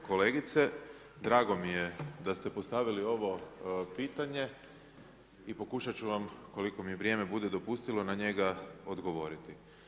Poštovana kolegice, drago mi je da ste postavili ovo pitanje i pokušati ću vam koliko mi vrijeme bude dopustilo na njega odgovoriti.